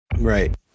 Right